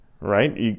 Right